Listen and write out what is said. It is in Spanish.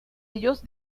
ellos